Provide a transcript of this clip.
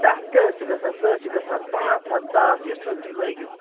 تَتھ تہِ حظ چھِ گَژھان سُہ حظ چھِ گَژھان پانٛژھ ہَتھ ساس یُتھ حظ تُہۍ لٲگِو